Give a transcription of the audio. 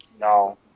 No